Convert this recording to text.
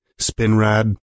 Spinrad